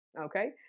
okay